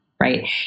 Right